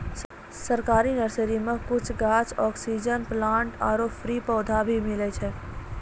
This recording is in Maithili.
सरकारी नर्सरी मॅ कुछ गाछ, ऑक्सीजन प्लांट आरो फ्री पौधा भी मिलै छै